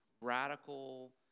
radical